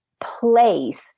place